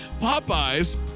Popeye's